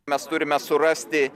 mes turime surasti